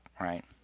right